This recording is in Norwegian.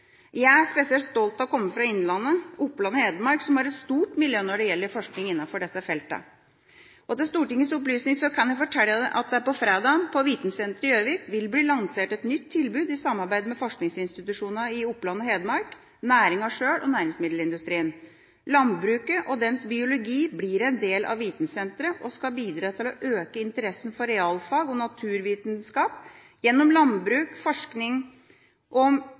Jeg er spesielt stolt av å komme fra innlandet, Oppland og Hedmark, som har et stort miljø når det gjelder forskning innenfor disse feltene. Til Stortingets opplysning kan jeg fortelle at det på fredag, på Vitensenteret i Gjøvik, vil bli lansert et nytt tilbud i samarbeid med forskningsinstitusjonene i Oppland og Hedmark, næringa sjøl og næringsmiddelindustrien. Landbruket og dens biologi blir en del av Vitensenteret og skal bidra til å øke interessen for realfag og naturvitenskap gjennom landbruk, forskning og